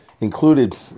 included